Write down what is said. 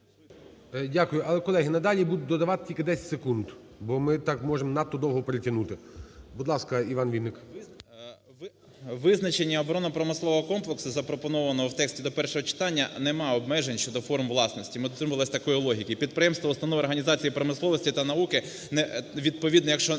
Дякую. Але, колеги, надалі буду додавати тільки 10 секунд, бо ми так можемо надто довго перетягнути. Будь ласка, Іван Вінник. 13:17:59 ВІННИК І.Ю. Визначення "оборонно-промислового комплексу", запропонованого в тексті до першого читання, немає обмежень щодо форм власності, ми дотримувались такої логіки. Підприємства, установи, організації промисловості та науки, відповідно, якщо